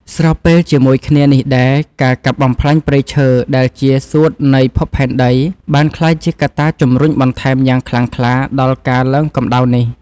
ស្របពេលជាមួយគ្នានេះដែរ ការកាប់បំផ្លាញព្រៃឈើដែលជា សួតនៃភពផែនដី បានក្លាយជាកត្តាជម្រុញបន្ថែមយ៉ាងខ្លាំងក្លាដល់ការឡើងកម្ដៅនេះ។